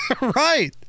Right